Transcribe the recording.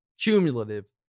cumulative